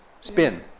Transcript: spin